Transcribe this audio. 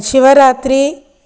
Shivratri